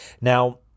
Now